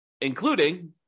including